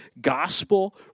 gospel